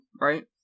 right